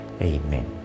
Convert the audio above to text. Amen